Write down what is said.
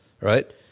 right